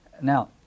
Now